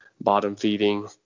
bottom-feeding